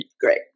great